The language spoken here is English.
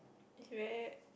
where